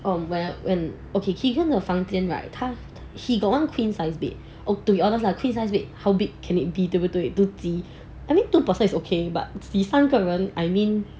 um when when okay keegan 的房间 right 他 he got one queen size bed ah to the honest lah how big queen size bed can it be 对不对 to 挤 I mean two person is okay but to 挤三个人 I mean